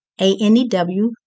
A-N-E-W